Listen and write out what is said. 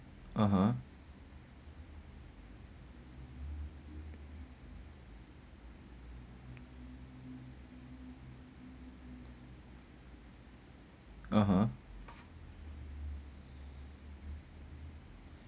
(uh huh) (uh huh)